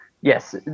yes